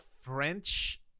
French